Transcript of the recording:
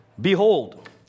Behold